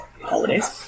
holidays